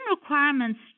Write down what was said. requirements